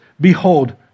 behold